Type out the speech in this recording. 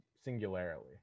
singularly